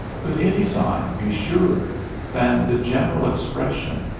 could any sign be surer than the general expression,